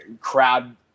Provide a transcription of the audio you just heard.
crowd